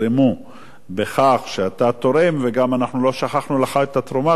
בכך שאתה תורם וגם אנחנו לא שכחנו לך את התרומה שלך,